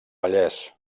vallès